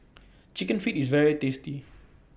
Chicken Feet IS very tasty